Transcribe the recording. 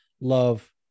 love